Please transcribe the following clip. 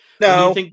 No